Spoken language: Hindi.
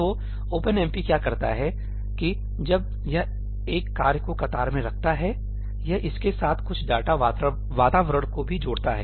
तो ओपनएमपी क्या करता है कि जब यह एक कार्य को कतार में रखता हैयह इसके साथ कुछ डेटा वातावरण को भी जोड़ता है